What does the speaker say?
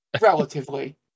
relatively